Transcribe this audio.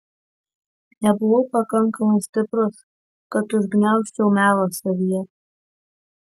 nebuvau pakankamai stiprus kad užgniaužčiau melą savyje